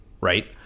right